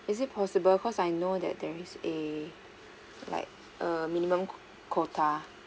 is it possible cause I know that there is a like a minimum quota